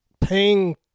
paying